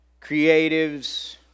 creatives